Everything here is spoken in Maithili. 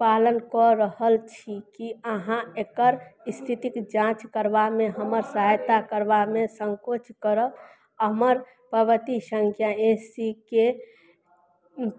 पालन कऽ रहल छी कि अहाँ एकर इस्थितिके जाँच करबामे हमर सहायता करबामे सँकोच करब हमर पावती सँख्या ए सी के